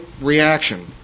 reaction